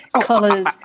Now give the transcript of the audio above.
colors